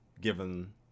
given